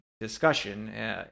discussion